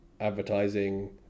advertising